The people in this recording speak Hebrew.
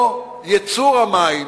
פה, ייצור המים